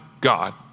God